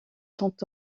cent